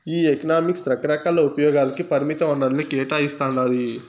ఈ ఎకనామిక్స్ రకరకాల ఉపయోగాలకి పరిమిత వనరుల్ని కేటాయిస్తాండాది